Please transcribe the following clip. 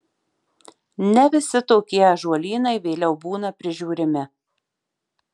ne visi tokie ąžuolynai vėliau būna prižiūrimi